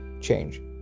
change